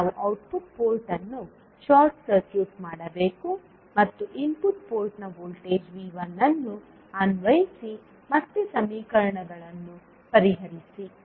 ನಾವು output port ಅನ್ನು short circuit ಮಾಡಬೇಕು ಮತ್ತು ಇನ್ಪುಟ್ ಪೋರ್ಟ್ನಲ್ಲಿ ವೋಲ್ಟೇಜ್ V1 ಅನ್ನು ಅನ್ವಯಿಸಿ ಮತ್ತು ಸಮೀಕರಣಗಳನ್ನು ಪರಿಹರಿಸಿ